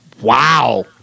Wow